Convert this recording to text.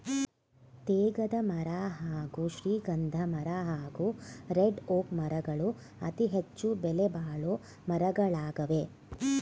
ತೇಗದಮರ ಹಾಗೂ ಶ್ರೀಗಂಧಮರ ಹಾಗೂ ರೆಡ್ಒಕ್ ಮರಗಳು ಅತಿಹೆಚ್ಚು ಬೆಲೆಬಾಳೊ ಮರಗಳಾಗವೆ